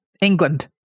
England